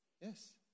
Yes